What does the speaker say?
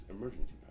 emergency